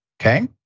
Okay